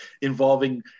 involving